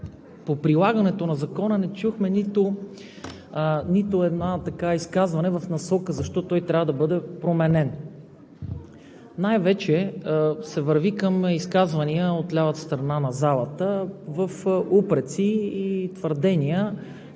по прилагането на Закона не чухме нито едно изказване в насоката защо той трябва да бъде променен. Върви се най-вече към изказвания от лявата страна на залата – упреци и твърдения,